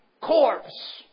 corpse